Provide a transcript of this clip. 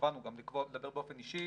קבענו גם לדבר באופן אישי